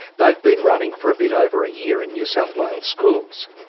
they've been running for a bit over a year in new south wales schools.